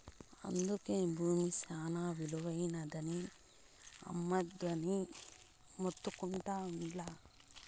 అందుకే బూమి శానా ఇలువైనది, అమ్మొద్దని మొత్తుకుంటా ఉండ్లా